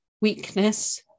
weakness